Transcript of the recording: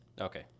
Okay